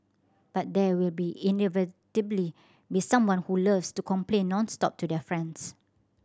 but there will be inevitably be someone who loves to complain nonstop to their friends